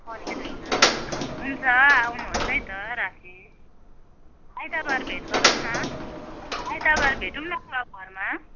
पर्ने रहेछ हुन्छ आउनु होस् है त राखेँ आइतबार भेट गरौँ न आइतबार भेटौँ न क्लब घरमा